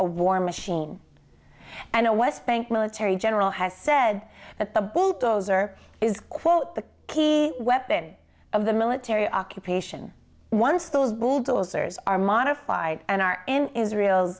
a war machine and a west bank military general has said that the bulldozer is quote the key weapon of the military occupation once those bulldozers are modified and are in israel